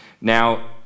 Now